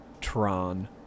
tron